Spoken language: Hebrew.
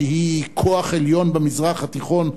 שהיא כוח עליון במזרח התיכון,